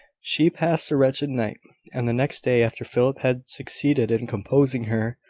she passed a wretched night and the next day, after philip had succeeded in composing her,